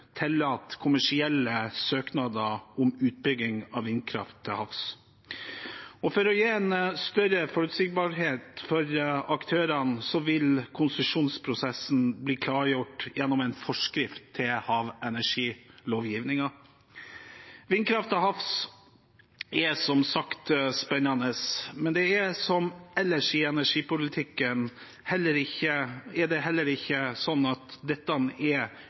tillate kommersielle søknader om utbygging av vindkraft til havs. For å gi en større forutsigbarhet for aktørene vil konsesjonsprosessen bli klargjort gjennom en forskrift til havenergilovgivningen. Vindkraft til havs er som sagt spennende. Men som ellers i energipolitikken er det heller ikke her slik at dette er